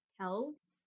tells